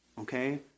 okay